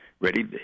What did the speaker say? Ready